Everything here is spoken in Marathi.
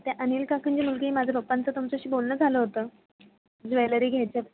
ते अनिल काकांची मुलगी माझं पप्पांचं तुमच्याशी बोलणं झालं होतं ज्वेलरी घ्यायचंय